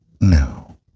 No